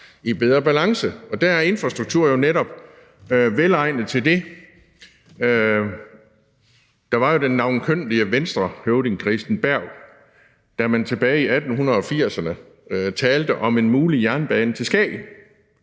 i bedre balance. Og der er infrastruktur jo netop velegnet til det. Der var jo den navnkundige Venstrehøvding Christen Berg dengang, da man tilbage i 1980'erne talte om en mulig jernbane til Skagen,